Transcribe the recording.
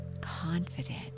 confident